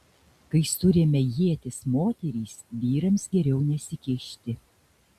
kai suremia ietis moterys vyrams geriau nesikišti